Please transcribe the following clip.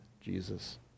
Jesus